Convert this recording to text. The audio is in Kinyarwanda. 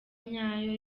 nyayo